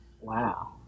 Wow